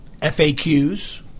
FAQs